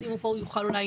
אז אם הוא פה הוא יוכל אולי